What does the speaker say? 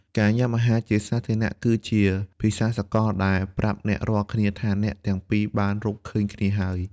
ការញ៉ាំអាហារជាសាធារណៈគឺជា "ភាសាសកល" ដែលប្រាប់អ្នករាល់គ្នាថាអ្នកទាំងពីរបានរកឃើញគ្នាហើយ។